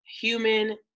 human